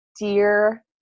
dear